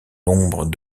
l’ombre